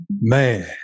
Man